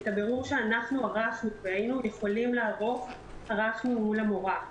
את הבירור שאנחנו ערכנו והיינו יכולים לערוך ערכנו מול המורה.